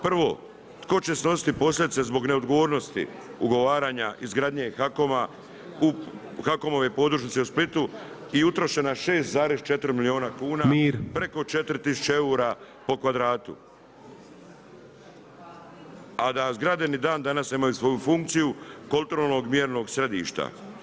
Prvo, tko će snositi posljedice zbog neodgovornosti ugovaranja izgradnje HAKOM-ove podružnice u Splitu i utrošena 6,4 milijuna kuna, preko 4 tisuće eura po kvadratu, a da zgrade ni dan danas nemaju svoju funkciju kontrolnog mjernog središta.